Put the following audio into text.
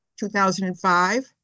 2005